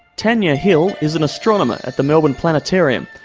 tanya hill is an astronomer at the melbourne planetarium.